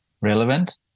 relevant